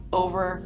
over